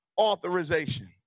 authorization